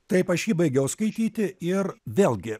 taip aš jį baigiau skaityti ir vėlgi